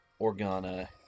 Organa